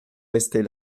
rester